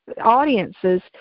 audiences